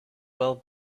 well